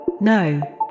No